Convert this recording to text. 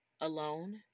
alone